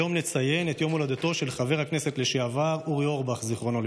היום נציין את יום הולדתו של חבר הכנסת לשעבר אורי אורבך ז"ל.